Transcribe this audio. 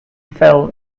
fell